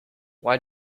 why